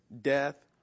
Death